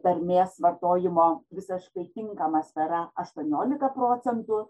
tarmės vartojimo visiškai tinkama sfera aštuoniolika procentų